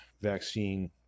vaccine